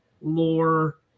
lore